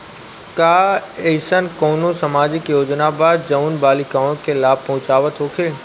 का एइसन कौनो सामाजिक योजना बा जउन बालिकाओं के लाभ पहुँचावत होखे?